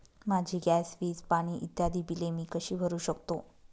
माझी गॅस, वीज, पाणी इत्यादि बिले मी कशी भरु शकतो?